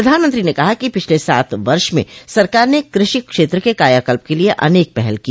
प्रधानमंत्री ने कहा कि पिछले सात वर्ष में सरकार ने कृषि क्षेत्र के कायाकल्प के लिए अनेक पहल की